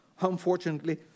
unfortunately